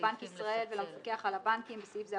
לבנק ישראל ולמפקח על הבנקים (בסעיף זה,